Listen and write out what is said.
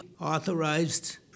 authorized